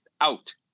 out